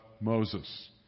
Moses